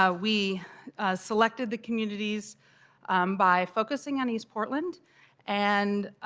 ah we selected the communities by focusing on east portland and